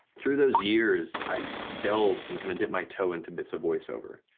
through those years i delved and kind of dipped my toe into bits of voiceover.